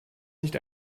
nicht